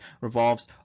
revolves